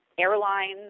airlines